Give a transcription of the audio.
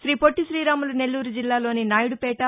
శ్రీ పొట్టి తీరాములు నెల్లూరు జిల్లాలోని నాయుడుపేట